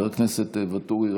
חבר הכנסת ואטורי,